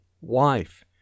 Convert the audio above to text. wife